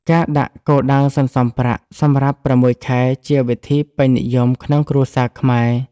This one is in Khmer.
ការដាក់គោលដៅសន្សុំប្រាក់សម្រាប់៦ខែជាវិធីពេញនិយមក្នុងគ្រួសារខ្មែរ។